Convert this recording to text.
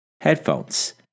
headphones